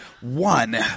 one